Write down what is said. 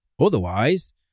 Otherwise